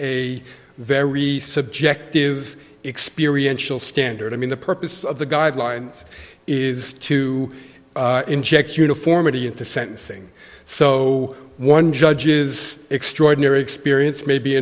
a very subjective experience will standard i mean the purpose of the guidelines is to inject uniformity into sentencing so one judge is extraordinary experience maybe